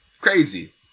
crazy